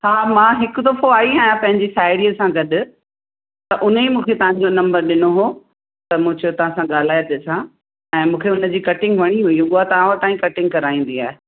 हा मां हिकु दफ़ो आई आहियां पंहिंजी साहेड़ीअ सां गॾु त उन ई मूंखे तव्हांजो नंबर ॾिनो हो त मूं चयो तव्हांसां ॻाल्हाइ ॾिसा ऐं मूंखे उनजी कटिंग वणी हुई उहा तव्हां वटा ई कटिंग कराईंदी आहे